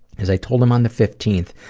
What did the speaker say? as i told him on the fifteenth,